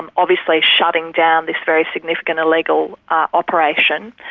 and obviously shutting down this very significant illegal operation,